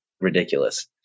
ridiculous